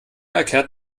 erklärt